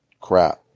crap